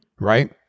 right